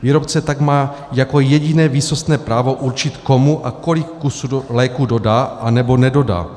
Výrobce tak má jako jediné výsostné právo určit, komu a kolik kusů léků dodá, anebo nedodá.